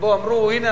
שבהן אמרו: הנה,